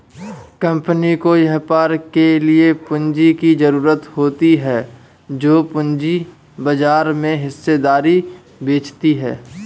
company को व्यापार के लिए पूंजी की ज़रूरत होती है जो पूंजी बाजार में हिस्सेदारी बेचती है